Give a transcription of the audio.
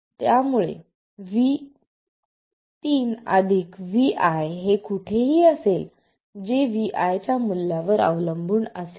त्यामुळे 3 vi हे कुठेही असेल जे vi च्या मूल्यावर अवलंबून असेल